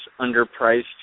underpriced